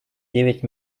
девять